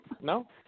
No